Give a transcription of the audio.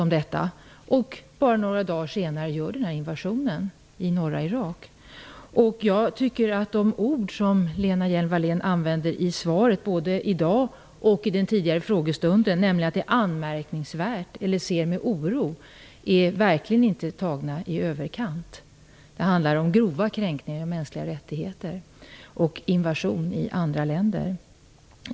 Bara några dagar efter det att man i EU behandlade denna fråga invaderade Turkiet norra Irak. Jag tycker att de ord som Lena Hjelm-Wallén använder i svaret, både i dag och vid en tidigare frågestund, nämligen att det är "anmärkningsvärt" eller "ser med oro" verkligen inte är tilltagna i överkant. Det handlar om grova kränkningar av mänskliga rättigheter och om invasion i andra länder.